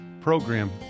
program